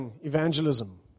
evangelism